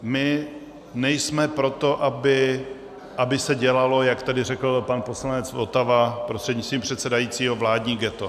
My nejsme pro to, aby se dělalo, jak tady řekl pan poslanec Votava prostřednictvím předsedajícího, vládní ghetto.